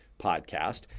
podcast